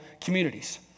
communities